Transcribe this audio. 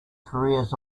careers